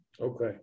Okay